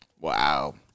wow